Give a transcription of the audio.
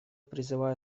призываю